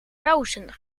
kousen